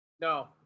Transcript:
No